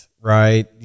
right